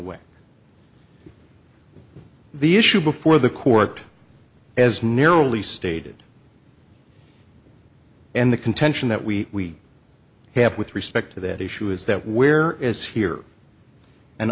way the issue before the court as nearly stated and the contention that we have with respect to that issue is that where is here an